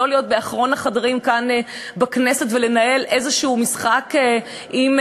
לא להיות באחרון החדרים כאן בכנסת ולנהל משחק כלשהו,